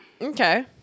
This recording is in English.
Okay